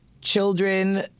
children